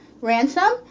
ransom